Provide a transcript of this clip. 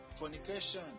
Fornication